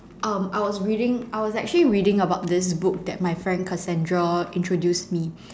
um I was reading I was actually reading about this book that my friend Cassandra introduced me